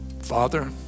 Father